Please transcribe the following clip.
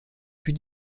plus